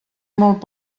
molt